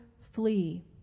flee